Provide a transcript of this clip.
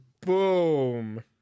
boom